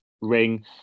ring